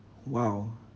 !wow!